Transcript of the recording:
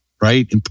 right